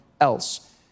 else